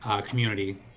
community